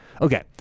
Okay